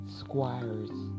squires